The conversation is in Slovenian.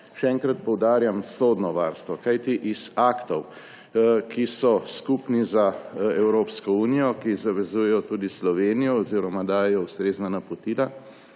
Še enkrat poudarjam – sodno varstvo. Kajti iz aktov, ki so skupni za Evropsko unijo, ki zavezujejo tudi Slovenijo oziroma ji dajejo ustrezna napotila,